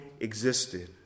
existed